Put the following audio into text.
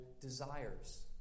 desires